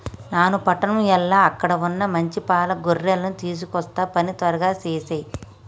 నాను పట్టణం ఎల్ల అక్కడ వున్న మంచి పాల గొర్రెలను తీసుకొస్తా పని త్వరగా సేసేయి